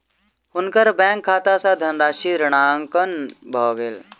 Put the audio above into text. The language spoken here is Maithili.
हुनकर बैंक खाता सॅ धनराशि ऋणांकन भ गेल